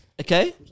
okay